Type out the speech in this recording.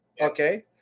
Okay